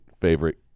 favorite